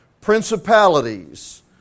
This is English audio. principalities